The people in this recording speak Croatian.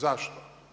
Zašto?